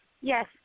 Yes